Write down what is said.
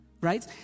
right